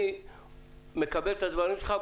אני מקבל את הדברים שלך.